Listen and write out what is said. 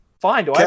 Fine